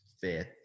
fifth